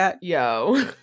Yo